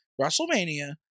WrestleMania